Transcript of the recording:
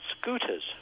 scooters